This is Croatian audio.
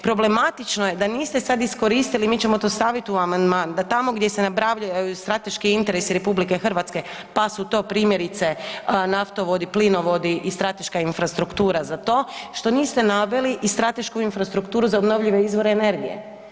Problematično je, da niste sad iskoristili, mi ćemo to staviti u amandman, da tamo gdje se ... strateški interesi RH, pa su to primjerice, naftovodi, plinovodi i strateška infrastruktura za to, što niste naveli i stratešku infrastrukturu za obnovljive izvore energije.